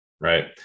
Right